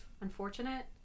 unfortunate